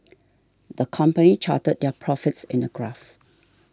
the company charted their profits in a graph